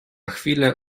chwilę